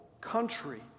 country